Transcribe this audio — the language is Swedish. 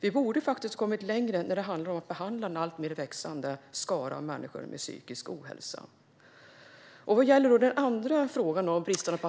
Vi borde faktiskt ha kommit längre när det gäller att behandla en växande skara av människor med psykisk ohälsa.